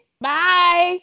bye